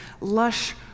lush